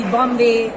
Bombay